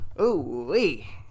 ooh-wee